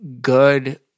good